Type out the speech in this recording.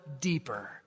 deeper